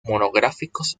monográficos